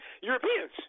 Europeans